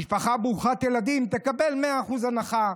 משפחה ברוכת ילדים תקבל 100% הנחה.